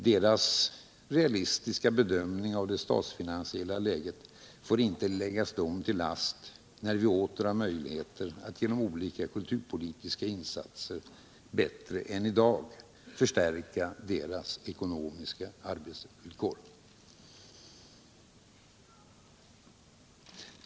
Deras realistiska bedömning av det statsfinansiella läget får inte läggas dem till last när vi åter har möjlighet att genom olika kulturpolitiska insatser bättre än i dag förstärka deras ekonomiska arbetsvillkor.